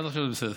עד עכשיו זה בסדר.